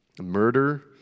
Murder